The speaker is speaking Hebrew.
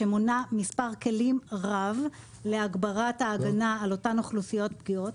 שמונה מספר כלים רב להגברת ההגנה על אותן אוכלוסיות פגיעות.